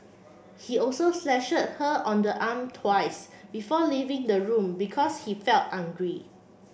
he also slashed her on the arm twice before leaving the room because he felt angry